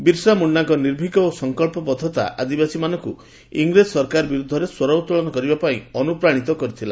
ବିର୍ସା ମୁଣ୍ଡାଙ୍କ ନିର୍ଭୀକ ଓ ସଙ୍କଚ୍ଚବଦ୍ଧତା ଆଦିବାସୀମାନଙ୍କୁ ଇଂରେଜ ସରକାର ବିରୋଧରେ ସ୍ୱର ଉତ୍ତୋଳନ କରିବାପାଇଁ ଅନୁପ୍ରାଣିତ କରିଥିଲା